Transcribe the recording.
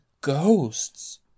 Ghosts